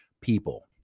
people